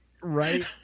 right